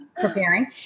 Preparing